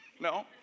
No